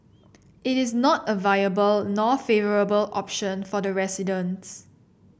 it is not a viable nor favourable option for the residents